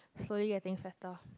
slowly getting fatter